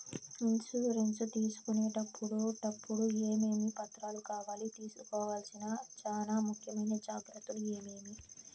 Insurance తీసుకునేటప్పుడు టప్పుడు ఏమేమి పత్రాలు కావాలి? తీసుకోవాల్సిన చానా ముఖ్యమైన జాగ్రత్తలు ఏమేమి?